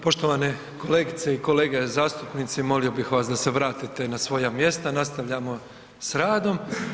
Poštovane kolegice i kolege zastupnici, molio bih vas da se vratite na svoja mjesta, nastavljamo s radom.